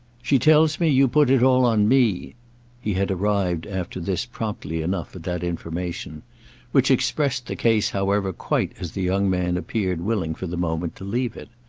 she tells me you put it all on me he had arrived after this promptly enough at that information which expressed the case however quite as the young man appeared willing for the moment to leave it.